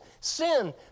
sin